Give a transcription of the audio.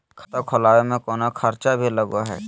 खाता खोलावे में कौनो खर्चा भी लगो है?